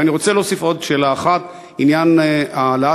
ואני רוצה להוסיף עוד שאלה אחת, עניין העלאת